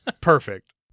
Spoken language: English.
Perfect